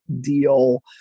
deal